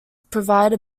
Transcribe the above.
provide